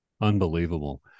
Unbelievable